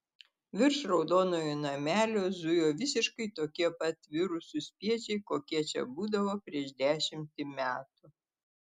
virš raudonojo namelio zujo visiškai tokie pat virusų spiečiai kokie čia būdavo prieš dešimtį metų